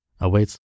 awaits